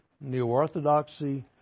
neo-orthodoxy